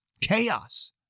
Chaos